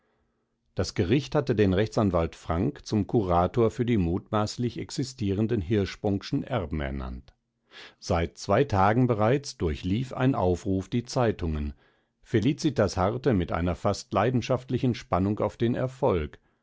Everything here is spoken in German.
das gericht hatte den rechtsanwalt frank zum kurator für die mutmaßlich existierenden hirschsprungschen erben ernannt seit zwei tagen bereits durchlief ein aufruf die zeitungen felicitas harrte mit einer fast leidenschaftlichen spannung auf den erfolg